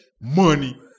money